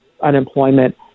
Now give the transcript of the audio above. unemployment